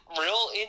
real